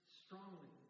strongly